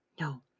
No